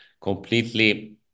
completely